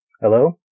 Hello